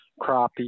crappie